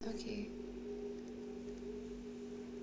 okay